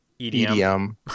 EDM